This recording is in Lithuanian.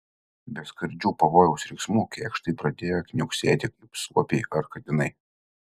be skardžių pavojaus riksmų kėkštai pradėjo kniauksėti kaip suopiai ar katinai